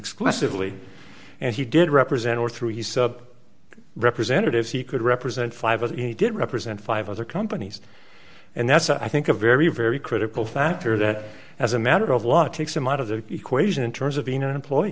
exclusively and he did represent or through use of representatives he could represent five as he did represent five other companies and that's i think a very very critical factor that as a matter of law it takes them out of the equation in terms of being an employe